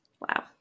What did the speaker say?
Wow